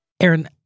Aaron